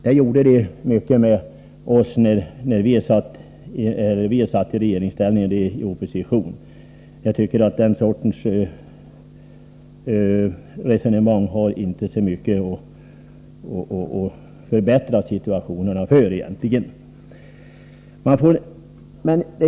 Det gjorde de mycket med oss när vi satt i regeringsställning och de var i opposition, men jag tycker inte den sortens resonemang egentligen så mycket bidrar till att förbättra situationen.